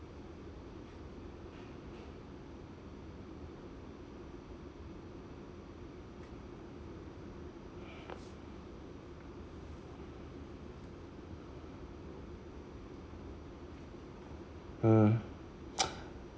hmm